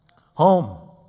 Home